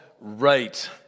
right